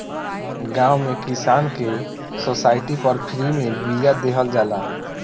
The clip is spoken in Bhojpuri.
गांव में किसान के सोसाइटी पर फ्री में बिया देहल जाला